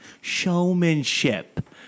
Showmanship